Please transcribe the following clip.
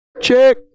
Check